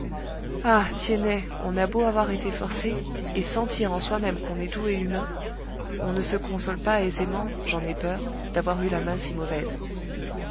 ah tiennet on a beau avoir été forcé et sentir en soi-même qu'on est doux et humain on ne se console pas aisément j'en ai peur d'avoir eu la main si mauvaise